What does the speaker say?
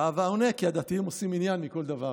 והאבא עונה: כי הדתיים עושים עניין מכל דבר.